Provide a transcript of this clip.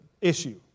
issue